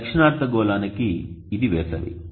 దక్షిణ అర్ధగోళానికి ఇది వేసవి